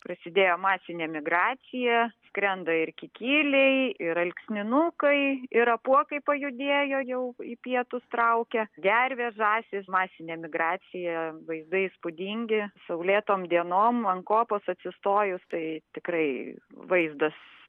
prasidėjo masinė migracija skrenda ir kikiliai ir alksninukai ir apuokai pajudėjo jau į pietus traukia gervės žąsys masinė migracija vaizdai įspūdingi saulėtom dienom ant kopos atsistojus tai tikrai vaizdas